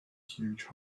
huge